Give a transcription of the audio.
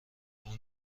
اون